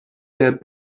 their